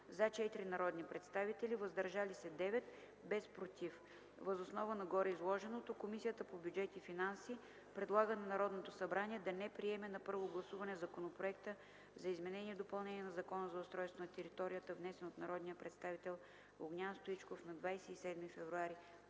– 9 народни представители, без „против”. Въз основа на гореизложеното Комисията по бюджет и финанси предлага на Народното събрание да не приеме на първо гласуване Законопроекта за изменение и допълнение на Закона за устройство на територията, внесен от народния представител Огнян Стоичков на 27 февруари